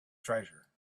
treasure